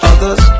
Others